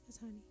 honey